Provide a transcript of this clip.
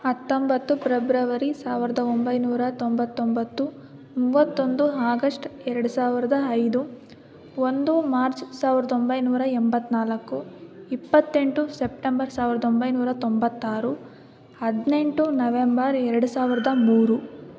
ಹತ್ತೊಂಬತ್ತು ಪ್ರೆಬ್ರವರಿ ಸಾವಿರದ ಒಂಬೈನೂರ ತೊಂಬತ್ತೊಂಬತ್ತು ಮೂವತ್ತೊಂದು ಆಗಸ್ಟ್ ಎರಡು ಸಾವಿರದ ಐದು ಒಂದು ಮಾರ್ಚ್ ಸಾವಿರದ ಒಂಬೈನೂರ ಎಂಬತ್ತ ನಾಲ್ಕು ಇಪ್ಪತ್ತೆಂಟು ಸೆಪ್ಟೆಂಬರ್ ಸಾವಿರದ ಒಂಬೈನೂರ ತೊಂಬತ್ತಾರು ಹದಿನೆಂಟು ನವೆಂಬರ್ ಎರಡು ಸಾವಿರದ ಮೂರು